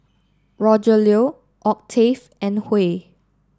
Rogelio Octave and Huey